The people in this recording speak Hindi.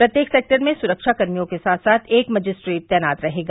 प्रत्येक सेक्टर में सुरक्षा कर्मियों के साथ साथ एक मजिस्ट्रेट तैनात रहेगा